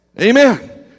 Amen